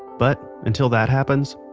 but. until that happens,